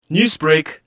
Newsbreak